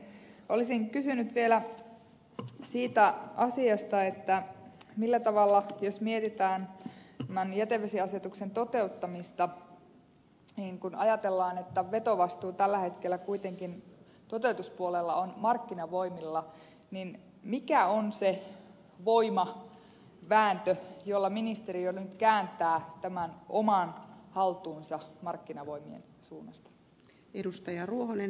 olisin kysynyt vielä siitä asiasta jos mietitään tämän jätevesiasetuksen toteuttamista kun ajatellaan että vetovastuu tällä hetkellä kuitenkin toteutuspuolella on markkinavoimilla niin mikä on se voimavääntö jolla ministeriö nyt kääntää tämän omaan haltuunsa markkinavoimien suunnasta